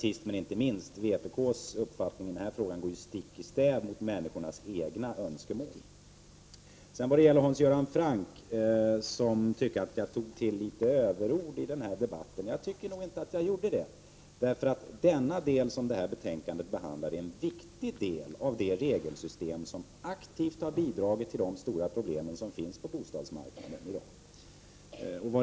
Sist men inte minst: Vpk:s uppfattning i den här frågan går stick i stäv mot människors önskemål. Hans Göran Franck tyckte att jag tog till överord i den här debatten. Jag tycker nog inte att jag gjorde det. Den del av boendet som detta betänkande behandlar är en viktig del av det regelsystem som aktivt har bidragit till de stora problem som finns på bostadsmarknaden i dag.